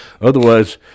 otherwise